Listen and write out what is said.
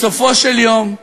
בסופו של יום,